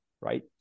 right